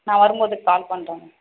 நான் வரும்போது கால் பண்ணுறேன் மேம்